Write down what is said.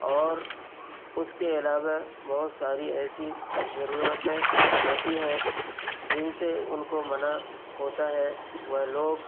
اور اس کے علاوہ بہت ساری ایسی ضرورتیں ہوتی ہیں جن سے ان کو منع ہوتا ہے وہ لوگ